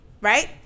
right